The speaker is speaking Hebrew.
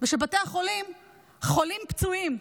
שבבתי החולים חולים, פצועים,